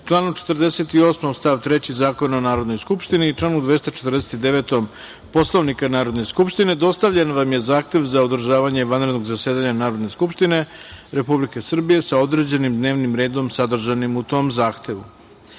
članu 48. stav 3. Zakona o Narodnoj skupštini i članu 249. Poslovnika Narodne skupštine, dostavljen vam je zahtev za održavanje vanrednog zasedanja Narodne skupštine Republike Srbije, sa određenim dnevnim redom zadržanim u tom zahtevu.Za